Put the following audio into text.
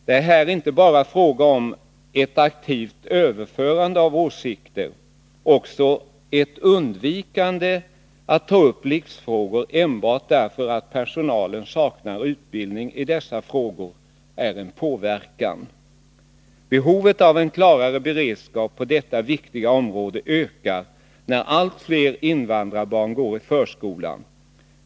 Det är här inte bara fråga om ett aktivt överförande av åsikter; också ett undvikande att ta upp livsfrågor enbart därför att personalen saknar utbildning i dessa frågor innebär en påverkan. Behovet av klarhet och beredskap på detta viktiga område ökar, när allt fler invandrarbarn går i förskolan.